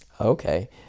Okay